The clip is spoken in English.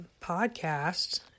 Podcasts